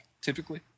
typically